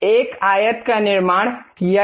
एक आयत का निर्माण किया गया